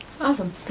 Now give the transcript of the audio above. Awesome